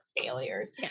Failures